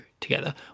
together